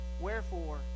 Wherefore